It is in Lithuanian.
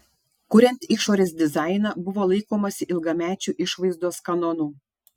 kuriant išorės dizainą buvo laikomasi ilgamečių išvaizdos kanonų